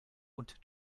und